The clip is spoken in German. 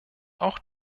auch